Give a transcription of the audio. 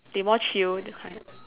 they more chill that kind